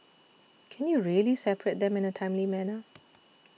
can you really separate them in a timely manner